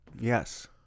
Yes